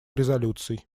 резолюций